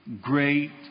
great